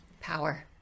Power